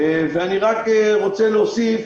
אני רוצה להוסיף